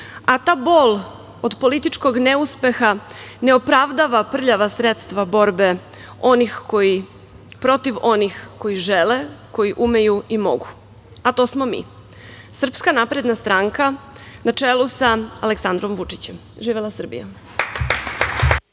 a ta bol od političkog neuspeha ne opravdava prljava sredstva borbe protiv onih koji žele, koji umeju i mogu, a to smo mi, Srpska napredna stranka, na čelu sa Aleksandrom Vučićem. Živela Srbija.